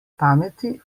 pameti